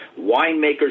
winemakers